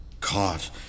Caught